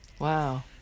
wow